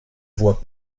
voit